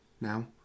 now